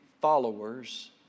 Followers